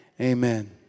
Amen